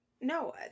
No